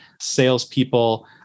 salespeople